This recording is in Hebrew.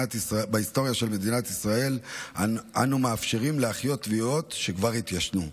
מדינת ישראל אנו מאפשרים להחיות תביעות שכבר התיישנו.